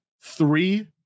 three